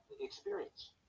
experience